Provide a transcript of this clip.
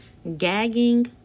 gagging